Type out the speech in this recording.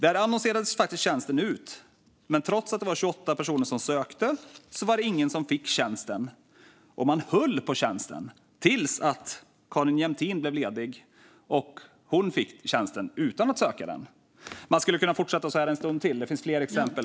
Där annonserades faktiskt tjänsten ut, men trots att det var 28 personer som sökte var det ingen som fick tjänsten. Man höll på tjänsten till dess att Carin Jämtin blev ledig och fick tjänsten utan att ha sökt den. Jag skulle kunna fortsätta så här en stund till, för det finns fler exempel.